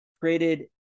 created